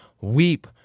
weep